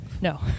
No